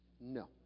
No